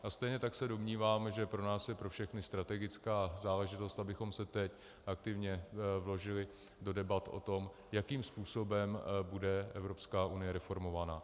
A stejně tak se domnívám, že pro nás je pro všechny strategická záležitost, abychom se teď aktivně vložili do debat o tom, jakým způsobem bude Evropská unie reformovaná.